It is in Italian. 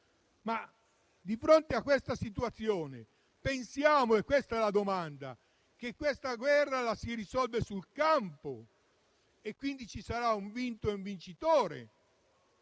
Di fronte a questa situazione pensiamo - e questa è la domanda - che questa guerra si risolve sul campo e che quindi ci saranno un vinto e un vincitore,